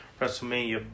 WrestleMania